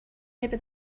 maybe